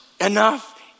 enough